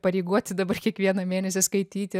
pareigoti dabar kiekvieną mėnesį skaityti